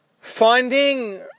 finding